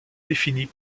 définies